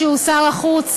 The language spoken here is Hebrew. שהוא שר החוץ,